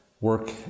work